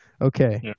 Okay